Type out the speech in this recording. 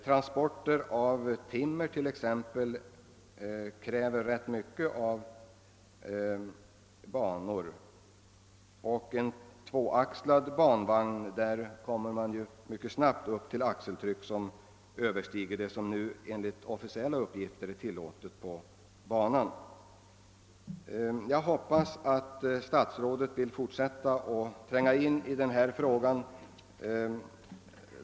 Transport av timmer kräver ganska mycket av banorna, och med en tvåaxlad banvagn kommer man mycket snabbt upp till ett axeltryck som överstiger det som enligt officiella uppgifter är tillåtet på banan. Jag hoppas att statsrådet vill fortsätta att tränga in i denna fråga.